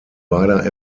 beider